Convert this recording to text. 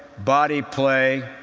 body play,